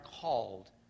called